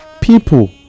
people